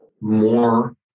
more